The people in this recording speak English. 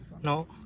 No